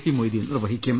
C Moideen നിർവ്വഹിക്കും